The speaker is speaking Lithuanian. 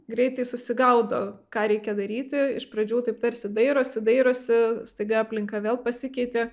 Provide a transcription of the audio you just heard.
greitai susigaudo ką reikia daryti iš pradžių taip tarsi dairosi dairosi staiga aplinka vėl pasikeitė